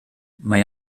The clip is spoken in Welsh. mae